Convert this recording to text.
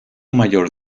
mayor